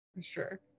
sure